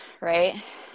right